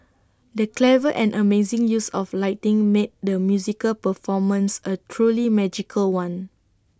the clever and amazing use of lighting made the musical performance A truly magical one